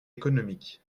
économique